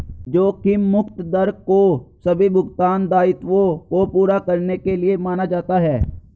जोखिम मुक्त दर को सभी भुगतान दायित्वों को पूरा करने के लिए माना जाता है